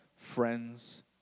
friends